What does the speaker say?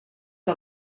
que